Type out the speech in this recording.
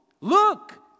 look